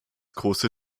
große